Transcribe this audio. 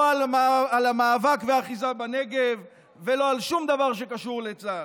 לא על המאבק והאחיזה בנגב ולא על שום דבר שקשור לצה"ל.